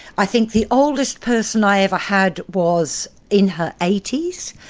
i think the oldest person i ever had was in her eighty s.